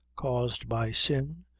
caused by sin,